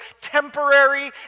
temporary